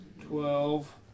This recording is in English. twelve